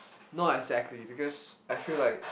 not exactly because I feel like